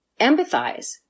empathize